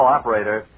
operator